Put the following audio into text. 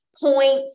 points